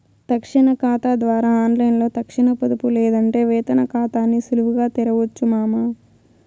తక్షణ కాతా ద్వారా ఆన్లైన్లో తక్షణ పొదుపు లేదంటే వేతన కాతాని సులువుగా తెరవొచ్చు మామా